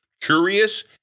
curious